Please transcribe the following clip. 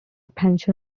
pension